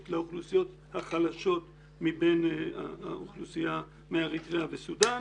לאוכלוסיות החלשות מבין האוכלוסייה מאריתריאה וסודן.